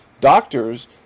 Doctors